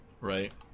Right